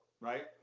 right